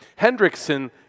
Hendrickson